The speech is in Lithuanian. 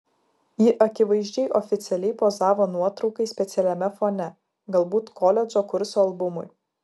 ji akivaizdžiai oficialiai pozavo nuotraukai specialiame fone galbūt koledžo kurso albumui